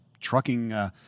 trucking